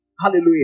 Hallelujah